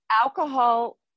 alcohol